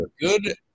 good